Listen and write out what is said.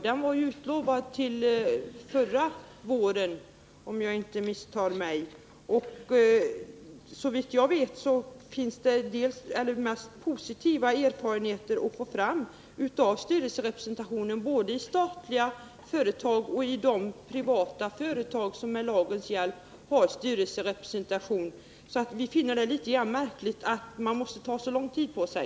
Den var utlovad till förra våren om jag inte misstar mig. Såvitt jag vet finns det mest positiva erfarenheter att få fram om styrelserepresentationen både inom statliga företag och inom de privata företag som med lagens hjälp har fått styrelserepresentation. Vi finner det litet märkligt att man måste ta så lång tid på sig.